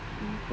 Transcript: nampak